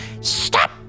Stop